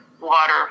water